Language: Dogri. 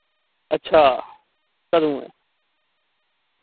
अच्छा कदूं ऐ